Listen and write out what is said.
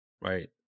right